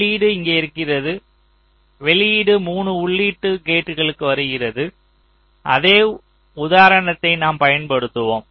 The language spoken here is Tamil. உள்ளீடு இங்கே வருகிறது வெளியீடு 3 உள்ளீட்டு கேட்களுக்கு வருகிறது அதே உதாரணத்தை நாம் பயன்படுத்துவோம்